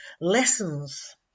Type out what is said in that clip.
lessons